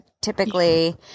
typically